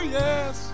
yes